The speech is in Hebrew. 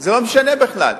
זה לא משנה בכלל.